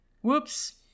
Whoops